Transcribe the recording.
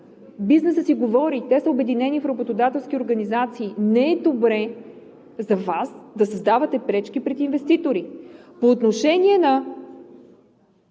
бизнесът си говори, те са обединени в работодателски организации и не е добре за Вас да създавате пречки пред инвеститорите. По отношение на